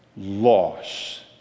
Loss